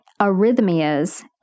arrhythmias